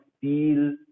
feel